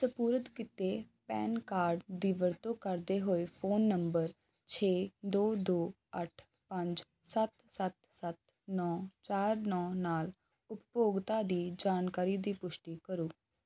ਸਪੁਰਦ ਕੀਤੇ PAN card ਦੀ ਵਰਤੋਂ ਕਰਦੇ ਹੋਏ ਫ਼ੋਨ ਨੰਬਰ ਛੇ ਦੋ ਦੋ ਅੱਠ ਪੰਜ ਸੱਤ ਸੱਤ ਸੱਤ ਨੌਂ ਚਾਰ ਨੌਂ ਨਾਲ ਉਪਭੋਗਤਾ ਦੀ ਜਾਣਕਾਰੀ ਦੀ ਪੁਸ਼ਟੀ ਕਰੋ